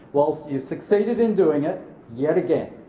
well you've succeeded in doing it yet again,